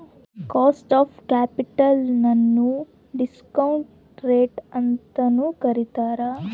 cost of capital ನ್ನು discount rate ಅಂತನು ಕರಿತಾರೆ